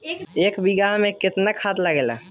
एक बिगहा में केतना खाद लागेला?